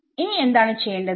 ഇനി എന്താണ് ചെയ്യേണ്ടത്